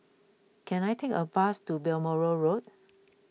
can I take a bus to Balmoral Road